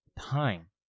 time